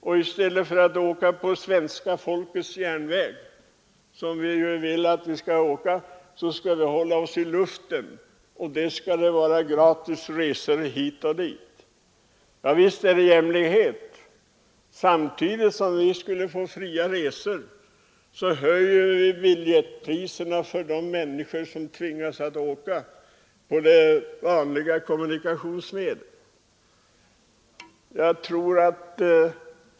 Och i stället för att åka på svenska folkets järnväg — som vi ju vill att man skall göra — skall vi hålla oss i luften, och det skall vara gratis resor hit och dit. Visst är det jämlikhet! Samtidigt som vi skulle få fria resor höjer vi biljettpriserna för de människor som tvingas att åka med de vanliga kommunikationsmedlen.